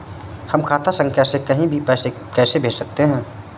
हम खाता संख्या से कहीं भी पैसे कैसे भेज सकते हैं?